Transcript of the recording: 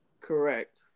correct